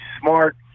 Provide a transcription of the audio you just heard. smart